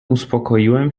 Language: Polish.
uspokoiłem